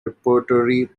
repertory